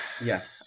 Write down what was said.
Yes